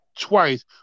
twice